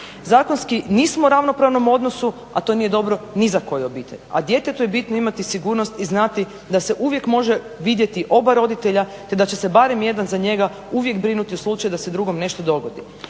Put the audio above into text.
Zakonski nismo u ravnopravnom odnosu, a to nije dobro ni za koju obitelj, a djetetu je bitno imati sigurno i znati da se uvijek može vidjeti oba roditelja te da će se barem jedan za njega uvijek brinuti u slučaju da se drugom nešto dogodi.